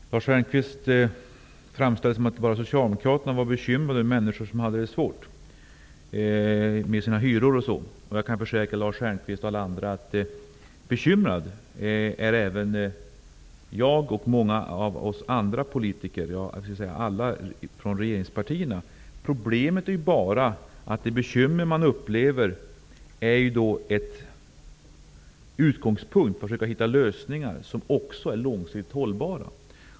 Fru talman! Lars Stjernkvist framställer det som om det bara var Socialdemokraterna som var bekymrade för människor som har det svårt med hyror m.m. Jag kan försäkra Lars Stjernkvist och alla andra att även jag och många andra politiker, däribland alla från regeringspartierna, är bekymrade. De bekymmer man upplever är en utgångspunkt för att försöka hitta lösningar som är långsiktigt hållbara.